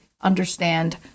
understand